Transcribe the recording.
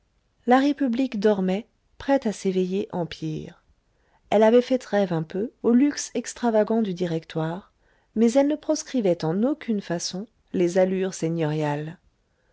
la république dormait prête à s'éveiller empire elle avait fait trêve un peu au luxe extravagant du directoire mais elle ne proscrivait en aucune façon les allures seigneuriales